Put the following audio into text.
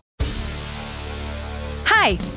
Hi